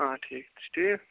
آ ٹھیٖک تُہۍ چھو ٹھیٖک